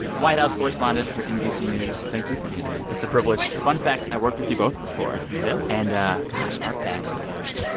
white house correspondent for nbc news, thank you for being here it's a privilege fun fact i worked with you both before yeah and gosh, our paths diverged